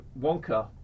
Wonka